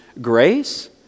grace